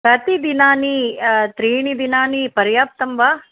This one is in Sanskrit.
कति दिनानि त्रीणि दिनानि पर्याप्तं वा